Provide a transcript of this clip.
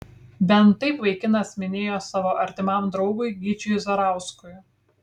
bent taip vaikinas minėjo savo artimam draugui gyčiui zarauskui